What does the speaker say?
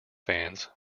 fans